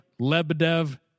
Lebedev